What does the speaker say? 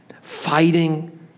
fighting